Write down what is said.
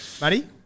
Matty